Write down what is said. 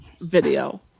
video